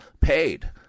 paid